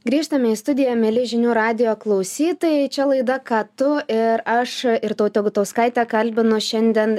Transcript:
grįžtame į studiją mieli žinių radijo klausytojai čia laida ką tu ir aš irtautė gutauskaitė kalbinu šiandien